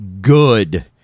Good